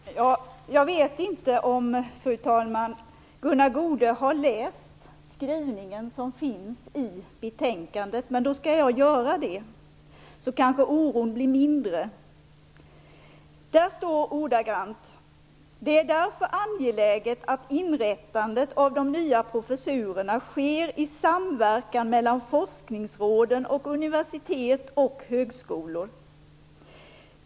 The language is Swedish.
Fru talman! Jag vet inte om Gunnar Goude har läst den skrivning som finns i betänkandet, men jag skall göra det. Då blir kanske oron mindre. Där står ordagrant: "Det är därför angeläget att inrättandet av de nya professurerna sker i samverkan mellan forskningsråden och universitet och högskolor."